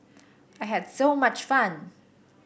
I had so much fun